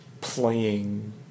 playing